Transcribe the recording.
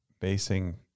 basing